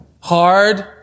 hard